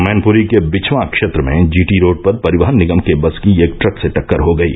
मैनपुरी के बिछवां क्षेत्र में जीटी रोड पर परिवहन निगम के बस की एक ट्रक से टक्कर हो गयी